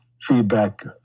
feedback